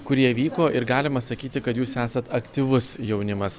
kur jie vyko ir galima sakyti kad jūs esat aktyvus jaunimas